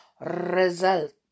result